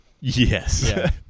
Yes